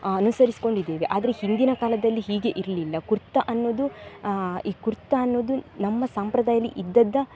ಅನುಸರಿಸಿಕೊಂಡಿದ್ದೇವೆ ಆದರೆ ಹಿಂದಿನ ಕಾಲದಲ್ಲಿ ಹೀಗೆ ಇರಲಿಲ್ಲ ಕುರ್ತ ಅನ್ನೋದು ಈ ಕುರ್ತ ಅನ್ನೋದು ನಮ್ಮ ಸಾಂಪ್ರದಾಯದಲ್ಲಿ ಇದ್ದದ್ದು